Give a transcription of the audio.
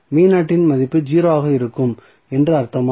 இன் மதிப்பு 0 ஆக இருக்கும் என்று அர்த்தமா